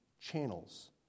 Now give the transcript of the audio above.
channels